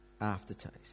aftertaste